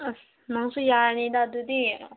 ꯑꯁ ꯅꯪꯁꯨ ꯌꯥꯔꯅꯤꯗ ꯑꯗꯨꯗꯤ